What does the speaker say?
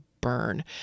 burn